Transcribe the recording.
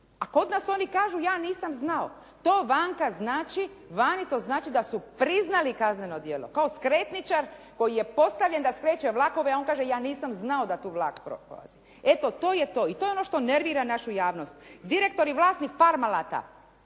A kod nas oni kažu ja nisam znao. To vani znači da su priznali kazneno djelo kao skretničar koji je postavljen da skreće vlakove, a on kaže ja nisam znao da tu vlak prolazi. Eto, to je to i to je ono što nervira našu javnost. Direktor i vlasnik Parmalata,